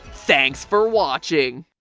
thanks for watching.